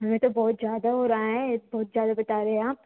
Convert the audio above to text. ma'am ये तो बहुत ज़्यादा हो रहा है बहुत ज़्यादा बता रहे आप